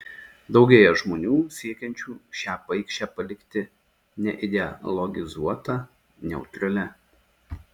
daugėja žmonių siekiančių šią paikšę palikti neideologizuota neutralia